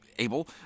able